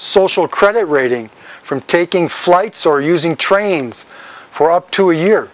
social credit rating from taking flights or using trains for up to a year